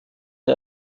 der